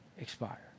expire